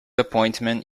appointment